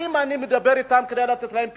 האם אני מדבר אתם כדי לתת להם פיצויים?